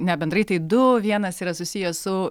ne bendrai tai du vienas yra susijęs su